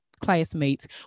classmates